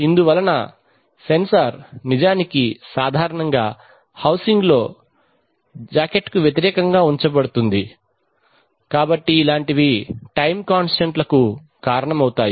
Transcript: ఇందు వలన సెన్సార్ నిజానికి సాధారణంగా హౌసింగ్లో జాకెట్కు వ్యతిరేకంగా ఉంచబడుతుంది కాబట్టి అలాంటివి టైమ్ కాంస్టంట్ లకు కారణమవుతాయి